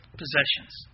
possessions